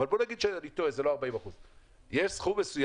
אבל בוא נגיד שאני טועה זה לא 40%. יש סכום מסוים